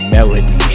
Melody